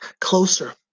closer